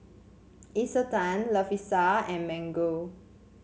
Isetan Lovisa and Mango